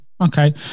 Okay